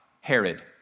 Herod